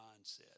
mindset